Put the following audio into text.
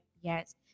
yes